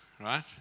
right